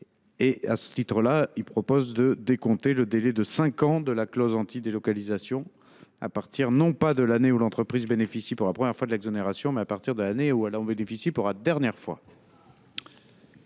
À ce titre, il est proposé de décompter le délai de cinq ans de la clause anti délocalisation à partir, non pas de l’année où l’entreprise bénéficie pour la première fois de l’exonération, mais de l’année où elle en bénéficie pour la dernière fois.